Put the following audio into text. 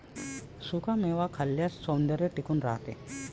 सुखा मेवा खाल्ल्याने सौंदर्य टिकून राहते